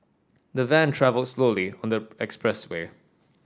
the van travelled slowly on the expressway